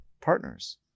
partners